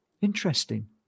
interesting